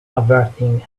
averting